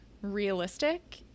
realistic